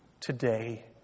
today